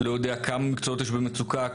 לא יודע כמה מקצועות יש במצוקה,